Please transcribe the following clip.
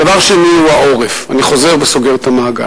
דבר שני הוא העורף, אני חוזר וסוגר את המעגל.